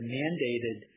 mandated